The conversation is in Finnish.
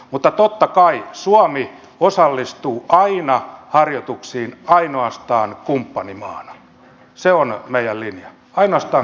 mutta totta kai suomi osallistuu aina harjoituksiin ainoastaan kumppanimaana se on meidän linjamme ainoastaan kumppanimaana